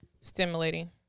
stimulating